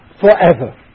forever